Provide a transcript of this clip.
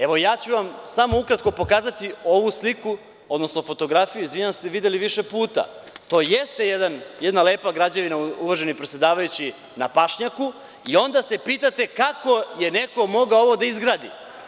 Evo, ja ću vam samo ukratko pokazati ovu sliku, odnosno fotografiju, videli više puta, to jeste jedna lepa građevina, uvaženi predsedavajući na pašnjaku i onda se pitate kako je neko mogao ovo da izgradi.